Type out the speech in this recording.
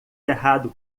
errado